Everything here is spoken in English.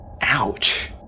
Ouch